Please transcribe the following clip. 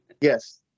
Yes